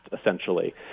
essentially